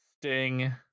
sting